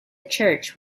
church